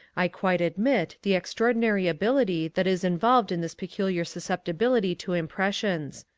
i quite admit the extraordinary ability that is involved in this peculiar susceptibility to impressions.